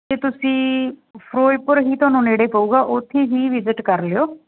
ਅਤੇ ਤੁਸੀਂ ਫਿਰੋਜ਼ਪੁਰ ਹੀ ਤੁਹਾਨੂੰ ਨੇੜੇ ਪਊਗਾ ਉੱਥੇ ਹੀ ਵਿਜਿਟ ਕਰ ਲਿਓ